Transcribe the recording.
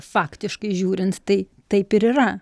faktiškai žiūrint tai taip ir yra